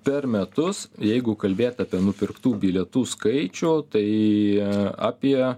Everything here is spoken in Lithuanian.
per metus jeigu kalbėt apie nupirktų bilietų skaičių tai apie